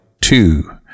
two